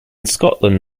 scotland